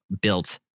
built